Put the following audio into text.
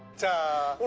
to